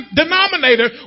denominator